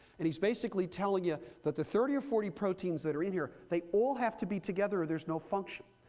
and he's basically telling you that the thirty or forty proteins that are in here, they all have to be together, or there's no function.